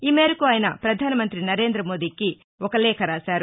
ఈ మేరకు అయన ప్రధానమంతి నరేంద్ర మోదీకి లేఖ రాశారు